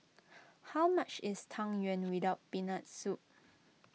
how much is Tang Yuen with Peanut Soup